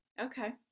Okay